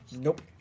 Nope